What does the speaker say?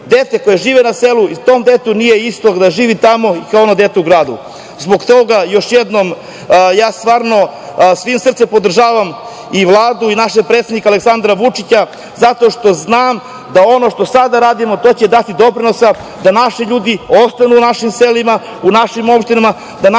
deci koja žive na selu nije isto kao detetu koje živi u gradu. Zbog toga, još jednom, ja stvarno svim srcem podržavam Vladu i predsednika Aleksandra Vučića, zato što znam da ono što sada radimo to će dati doprinosa da naši ljudi ostanu u našim selima, u našim opštinama, da naši